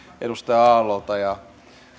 edustaja aallolta ja